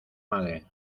madre